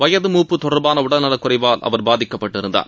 வயது மூப்பு தொடர்பான உடல்நலக்குறைவால் அவர் பாதிக்கப்பட்டிருந்தார்